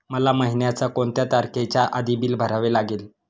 मला महिन्याचा कोणत्या तारखेच्या आधी बिल भरावे लागेल?